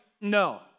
no